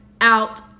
out